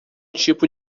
tipo